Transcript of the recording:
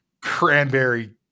cranberry